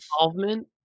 involvement